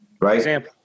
right